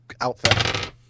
outfit